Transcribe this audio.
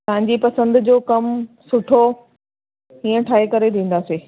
तव्हांजी पसंदि जो कमु सुठो हीअं ठाहे करे ॾींदासीं